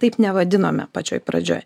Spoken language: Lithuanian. taip nevadinome pačioj pradžioj